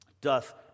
Doth